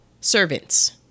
servants